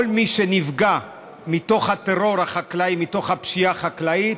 כל מי שנפגע מהטרור החקלאי, מהפשיעה החקלאית,